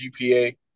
GPA